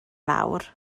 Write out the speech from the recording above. lawr